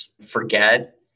forget